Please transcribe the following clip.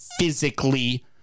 Physically